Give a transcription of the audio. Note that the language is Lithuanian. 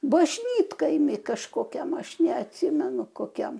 bažnytkaimy kažkokiam aš neatsimenu kokiam